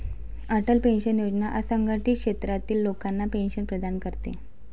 Atal pension योजना असंघटित क्षेत्रातील लोकांना पेन्शन प्रदान करते